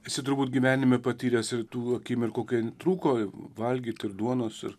esi turbūt gyvenime patyręs ir tų akimirkų kai trūko valgyt ir duonos ir